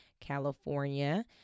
California